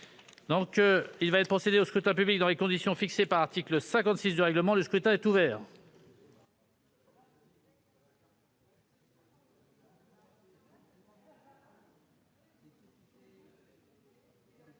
Il va être procédé au scrutin dans les conditions fixées par l'article 56 du règlement. Le scrutin est ouvert.